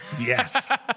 Yes